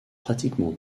pratiquement